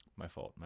my full